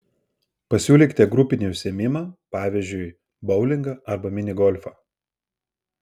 pasiūlykite grupinį užsiėmimą pavyzdžiui boulingą arba mini golfą